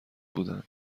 بودند